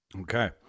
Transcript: Okay